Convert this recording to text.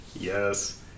yes